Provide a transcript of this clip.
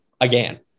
again